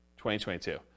2022